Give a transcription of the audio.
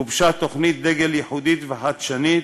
גובשה תוכנית דגל ייחודית וחדשנית,